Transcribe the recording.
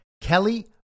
Kelly